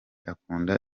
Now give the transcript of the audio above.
akunda